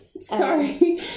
Sorry